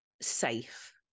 safe